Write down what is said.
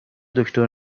دکتر